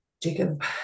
Jacob